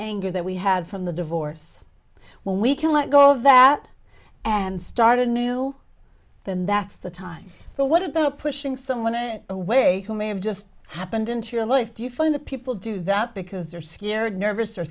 anger that we had from the divorce when we can let go of that and start a new then that's the time but what about pushing someone away who may have just happened into your life do you find that people do that because they're scared nervous or